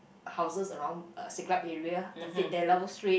houses around uh Siglap area the Fidelio Street